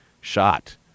shot